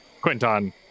Quinton